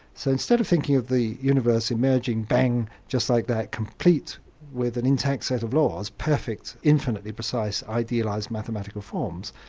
so instead of thinking of the universe emerging, bang, just like that, complete with an intact set of laws, perfect, infinitely precise, idealised mathematical forms,